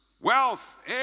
Wealth